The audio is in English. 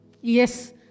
Yes